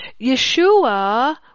Yeshua